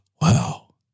Wow